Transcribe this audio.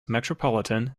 metropolitan